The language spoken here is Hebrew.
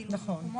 סטודנטים ללמוד.